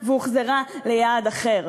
קרה?